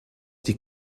die